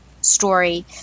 story